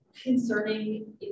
concerning